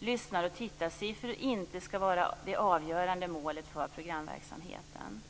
lyssnar och tittarsiffror inte skall vara det avgörande målet för programverksamheten.